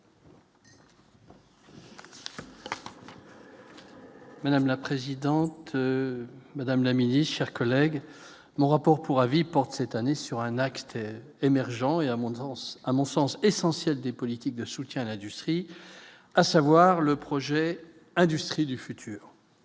Madame la présidente, Madame la Ministre, chers collègues, mon rapport pour avis porte cette année sur un axe étaient émergents et à mon enfance, à mon sens essentiel des politiques de soutien à l'industrie, à savoir le projet industrie du futur ce